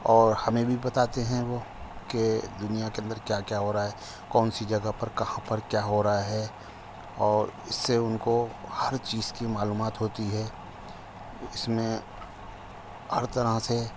اور ہمیں بھی بتاتے ہیں وہ کہ دنیا کے اندر کیا کیا ہو رہا ہے کون سی جگہ پر کہاں پر کیا ہو رہا ہے اور اس سے ان کو ہر چیز کی معلومات ہوتی ہے اس میں ہر طرح سے